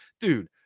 dude